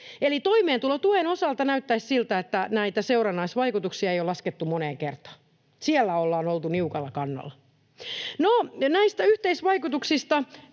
Eli toimeentulotuen osalta näyttäisi siltä, että näitä seurannaisvaikutuksia ei ole laskettu moneen kertaan. Siellä on oltu niukalla kannalla. No, näistä yhteisvaikutuksista